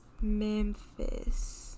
memphis